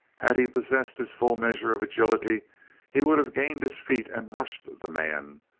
had he possessed his full measure of agility he would have gained his feet and rushed the man,